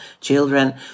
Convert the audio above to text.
children